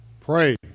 Pray